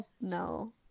No